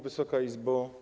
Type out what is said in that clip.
Wysoka Izbo!